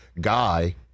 guy